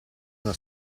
una